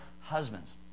husbands